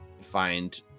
find